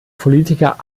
politiker